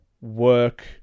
work